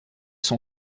son